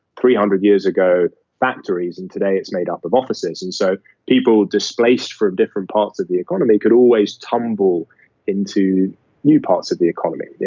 three hundred years ago factories, and today it's made up of offices. and so people displaced for different parts of the economy could always tumble into new parts of the economy.